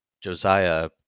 Josiah